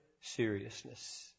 seriousness